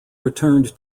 returned